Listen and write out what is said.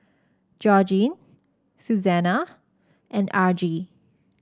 Georgene Susana and Argie